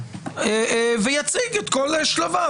ויציג את כל השלבים,